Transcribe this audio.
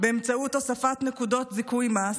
באמצעות הוספת נקודות זיכוי מס,